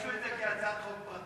יגישו את זה כהצעת חוק פרטית?